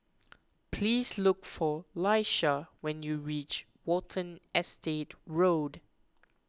please look for Laisha when you reach Watten Estate Road